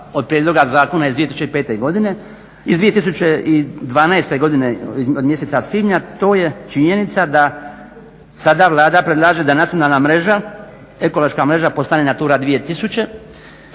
od prijedloga zakona iz 2005. godine, iz 2012. godine od mjeseca svibnja, to je činjenica da sada Vlada predlaže da nacionalna mreža, ekološka mreža postane Natura 2000.